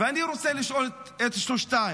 ואני רוצה לשאול את שלושתם: